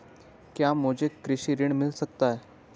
क्या मुझे कृषि ऋण मिल सकता है?